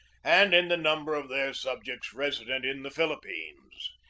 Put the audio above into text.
and in the number of their subjects resident in the philip pines.